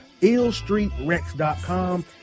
IllStreetRex.com